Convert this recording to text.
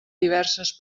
diverses